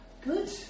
Good